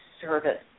service